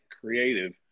creative